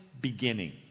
beginning